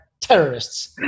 terrorists